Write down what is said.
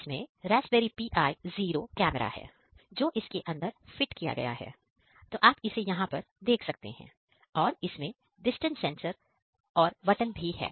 इसमें raspberry pi zero camera है जो इसके अंदर फिट किया गया है तो आप इसे देख सकते हैं और इसमें डिस्टेंस सेंसर और बटन है